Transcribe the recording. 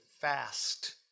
fast